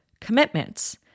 commitments